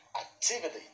activity